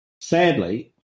Sadly